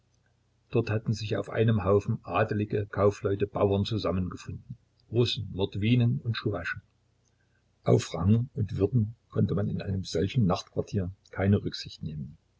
dort hatten sich auf einem haufen adelige kaufleute bauern zusammengefunden russen mordwinen und tschuwaschen auf rang und würden konnte man in einem solchen nachtquartier keine rücksicht nehmen